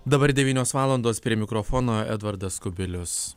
dabar devynios valandos prie mikrofono edvardas kubilius